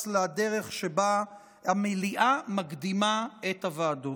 לדרך שבה המליאה מקדימה את הוועדות.